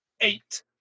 eight